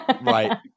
Right